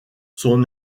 son